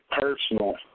personal